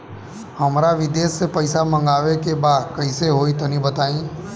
हमरा विदेश से पईसा मंगावे के बा कइसे होई तनि बताई?